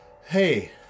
Hey